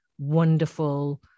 wonderful